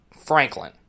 Franklin